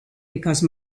because